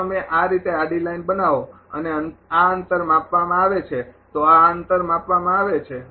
જો તમે આ રીતે આડી લાઇન બનાવો અને આ અંતર આપવામાં આવે છે તો આ અંતર આપવામાં આવે છે